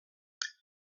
aquest